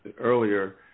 earlier